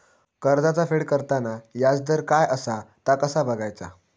कर्जाचा फेड करताना याजदर काय असा ता कसा बगायचा?